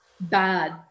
bad